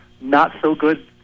not-so-good